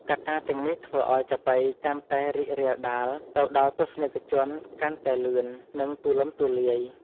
កត្តាទាំងនេះធ្វើឱ្យចាប៉ីកាន់តែរីករាលដាល ទៅដល់ទស្សនិកជនកាន់តែលឿន និងទូលំទូលាយ។